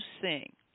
sing